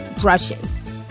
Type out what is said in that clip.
brushes